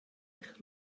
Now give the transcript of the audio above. eich